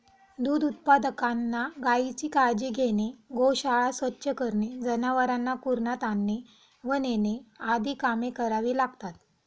दूध उत्पादकांना गायीची काळजी घेणे, गोशाळा स्वच्छ करणे, जनावरांना कुरणात आणणे व नेणे आदी कामे करावी लागतात